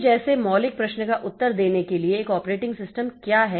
तो जैसे मौलिक प्रश्न का उत्तर देने के लिए एक ऑपरेटिंग सिस्टम क्या है